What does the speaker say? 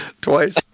Twice